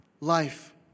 life